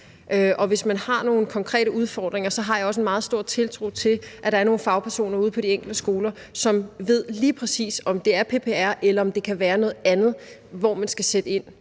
at hvis man har nogle konkrete udfordringer, er der nogle fagpersoner ude på de enkelte skoler, som lige præcis ved, om det er PPR, eller om det kan være noget andet, man skal sætte ind